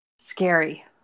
Scary